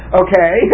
okay